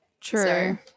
true